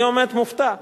אני עומד מופתע.